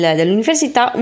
dell'università